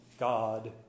God